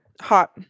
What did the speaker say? hot